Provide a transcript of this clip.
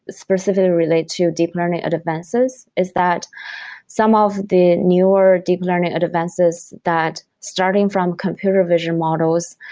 specifically related to deep learning advances is that some of the newer deep learning advances that starting from computer vision models,